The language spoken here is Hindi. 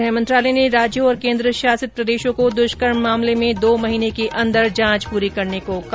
गृह मंत्रालय ने राज्यों और केन्द्र शासित प्रदेशों को दुष्कर्म मामले में दो महीने के अंदर जांच पूरी करने को कहा